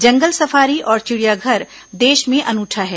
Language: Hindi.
जंगल सफारी और चिड़ियाघर देश में अनूठा है